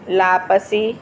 lapsi